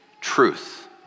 truth